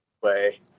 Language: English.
play